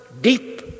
deep